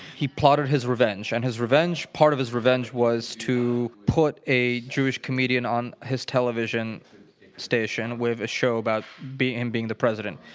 he plotted his revenge, and his revenge, part of his revenge was to put a jewish comedian on his television station with a show about him being the president.